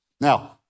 Now